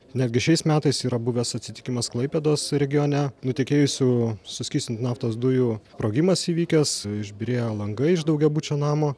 netgi šiais metais yra buvęs atsitikimas klaipėdos regione nutekėjusių suskystintų naftos dujų sprogimas įvykęs išbyrėjo langai iš daugiabučio namo